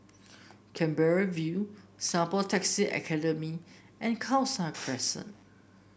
Canberra View Singapore Taxi Academy and Khalsa Crescent